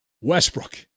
Westbrook